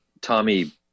Tommy